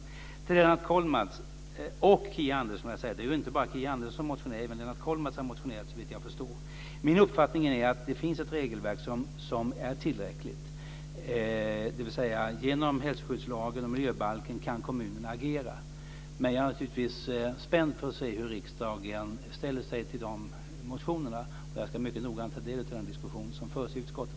Jag vill också säga något till Lennart Kollmats och Kia Andreasson. Det är inte bara Kia Andreasson som har motionerat. Även Lennart Kollmats har motionerat såvitt jag förstår. Min uppfattning är att det finns ett regelverk som är tillräckligt, dvs. genom hälsoskyddslagen och miljöbalken kan kommunerna agera. Men jag är naturligtvis spänd på att se hur riksdagen ställer sig till motionerna och jag ska mycket noga ta del av den diskussion som förs i utskottet.